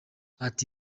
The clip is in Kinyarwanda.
ati